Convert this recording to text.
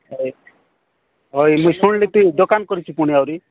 ହଇ ହଇ ମୁଁ ଶୁଣିଲି ତୁ ଦୋକାନ କରିଛୁ ପୁଣି ଆହୁରି